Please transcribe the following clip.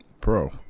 pro